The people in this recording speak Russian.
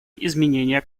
изменения